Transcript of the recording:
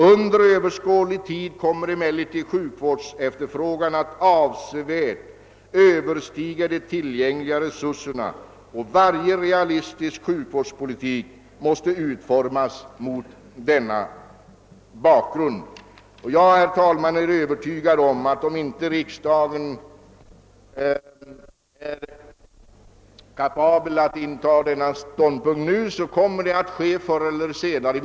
Under överskådlig tid kommer emellertid sjukvårdsefterfrågan att avsevärt överstiga de tillgängliga resurserna. Varje realistisk sjukvårdspolitik måste utformas mot denna bakgrund. Herr talman! Jag är övertygad om att för den händelse riksdagen inte är beredd att intaga denna ståndpunkt nu, så kommer den att göra det förr eller senare.